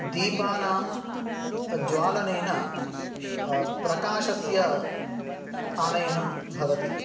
दीपानां ज्वलनेन प्रकाशस्य आनयनं भवति